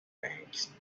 banks